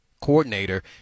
coordinator